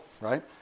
right